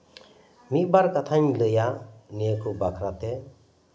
ᱢᱤᱫᱼᱵᱟᱨ ᱠᱟᱛᱷᱟᱧ ᱞᱟᱹᱭᱟ ᱱᱤᱭᱟᱹ ᱠᱚ ᱵᱟᱠᱷᱨᱟ ᱛᱮ